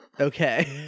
okay